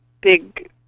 big